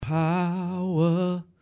Power